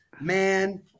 man